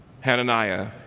Hananiah